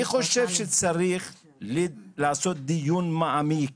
אני חושב שצריך לעשות דיון מעמיק